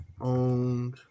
owned